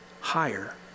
higher